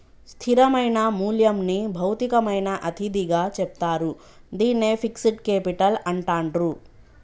స్థిరమైన మూల్యంని భౌతికమైన అతిథిగా చెప్తారు, దీన్నే ఫిక్స్డ్ కేపిటల్ అంటాండ్రు